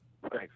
Thanks